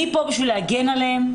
אני כאן כדי להגן עליהם,